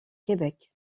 québec